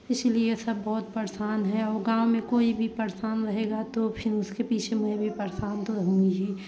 इसलिए सब बहुत परेशान है आउ गाँव में कोई भी परेशान रहेगा तो फिन उसके पीछे में भी परेशान तो रहूँगी ही